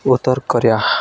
Uttar Korea